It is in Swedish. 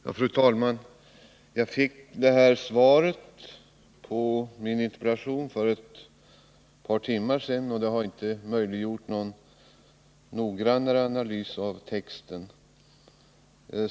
Fru talman! Jag fick det skriftliga svaret på min interpellation för ett par timmar sedan, och det har inte möjliggjort någon noggrannare analys av texten.